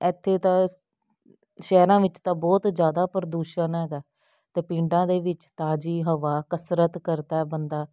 ਇੱਥੇ ਤਾਂ ਸ਼ਹਿਰਾਂ ਵਿੱਚ ਤਾਂ ਬਹੁਤ ਜ਼ਿਆਦਾ ਪ੍ਰਦੂਸ਼ਣ ਹੈਗਾ ਅਤੇ ਪਿੰਡਾਂ ਦੇ ਵਿੱਚ ਤਾਜ਼ੀ ਹਵਾ ਕਸਰਤ ਕਰਦਾ ਬੰਦਾ